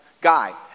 guy